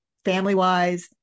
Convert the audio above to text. family-wise